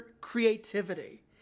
creativity